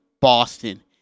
Boston